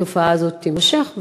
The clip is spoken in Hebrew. התופעה הזאת תימשך,